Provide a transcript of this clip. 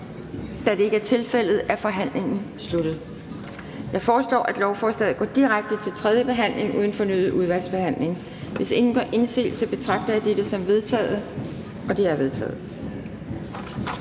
Da det ikke er tilfældet, er forhandlingen sluttet. Jeg foreslår, at lovforslaget går direkte til tredje behandling uden fornyet udvalgsbehandling. Hvis ingen gør indsigelse, betragter jeg det som vedtaget. Det er vedtaget.